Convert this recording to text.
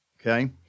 okay